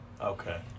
okay